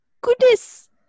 Goodness